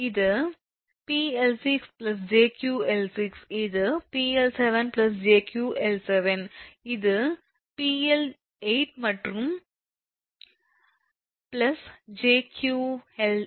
இது 𝑃𝐿6𝑗𝑄𝐿6 இது 𝑃𝐿7𝑗𝑄𝐿7 மற்றும் இது 𝑃𝐿8𝑗𝑄𝐿8